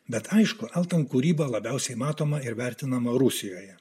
bet aišku eltono kūryba labiausiai matoma ir vertinama rusijoje